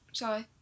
sorry